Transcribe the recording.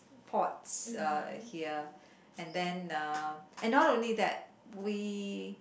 pots uh here and then uh and not only that we